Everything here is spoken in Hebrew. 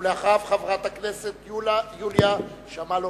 ואחריו, חברת הכנסת יוליה שמאלוב-ברקוביץ.